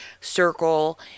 circle